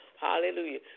Hallelujah